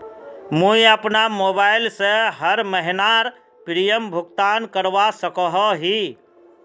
मुई अपना मोबाईल से हर महीनार प्रीमियम भुगतान करवा सकोहो ही?